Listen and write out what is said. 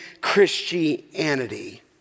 Christianity